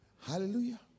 Hallelujah